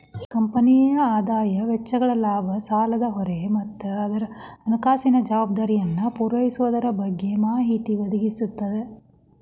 ಕಂಪನಿಯ ಆದಾಯ ವೆಚ್ಚಗಳ ಲಾಭ ಸಾಲದ ಹೊರೆ ಮತ್ತ ಅದರ ಹಣಕಾಸಿನ ಜವಾಬ್ದಾರಿಯನ್ನ ಪೂರೈಸೊದರ ಬಗ್ಗೆ ಮಾಹಿತಿ ಒದಗಿಸ್ತದ